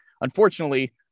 unfortunately